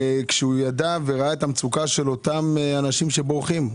הוא ידע וראה את המצוקה של אותם אנשים שבורחים.